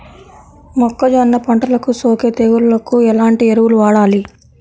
మొక్కజొన్న పంటలకు సోకే తెగుళ్లకు ఎలాంటి ఎరువులు వాడాలి?